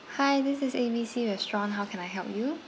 hi this is A_B_C restaurant how can I help you